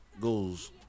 goes